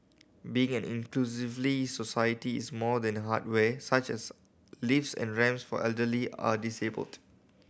being an inclusively society is more than hardware such as lifts and ramps for elderly are disabled